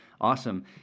Awesome